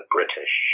British